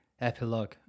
epilogue